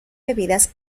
bebidas